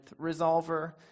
resolver